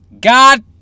god